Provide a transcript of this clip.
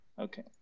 okay